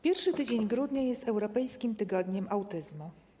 Pierwszy tydzień grudnia jest Europejskim Tygodniem Autyzmu.